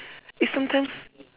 eh sometimes